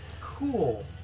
Cool